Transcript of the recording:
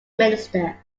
minister